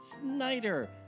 Snyder